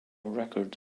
record